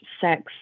sex